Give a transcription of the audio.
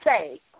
say